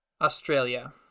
Australia